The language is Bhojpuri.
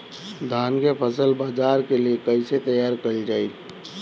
धान के फसल बाजार के लिए कईसे तैयार कइल जाए?